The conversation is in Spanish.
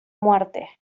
muerte